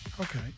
Okay